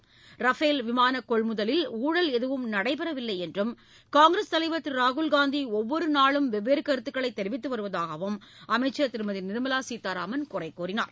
Rafale விமான கொள்முதலில் ஊழல் எதுவும் நடைபெறவில்லை என்றும் காங்கிரஸ் தலைவர் திரு ராகுல் காந்தி ஒவ்வொரு நாளும் வெவ்வேறு கருத்துக்களை தெரிவித்து வருவதாகவும் அமைச்சர் திருமதி நிர்மலா சீதாராமன் குறை கூறினார்